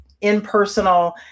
impersonal